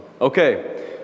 Okay